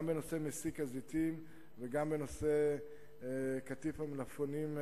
גם במסיק הזיתים וגם בקטיף המלפפונים,